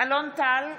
אלון טל,